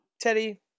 Teddy